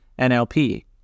NLP